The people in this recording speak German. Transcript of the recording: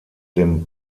dem